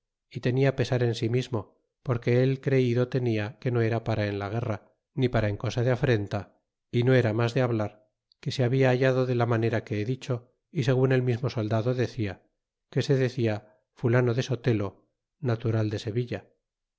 y tenia pesar en si mismo porque él creido tenia que no era para en la guerra ni para en cosa de afrenta y no era mas de hablar que se habla hallado de la manera que he dicho y segun el mismo soldado decia que se decia fulano de sotelo natural de sevilla